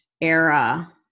era